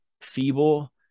feeble